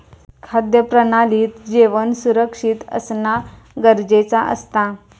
खाद्य प्रणालीत जेवण सुरक्षित असना गरजेचा असता